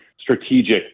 strategic